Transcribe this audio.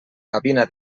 cabina